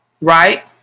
Right